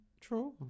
True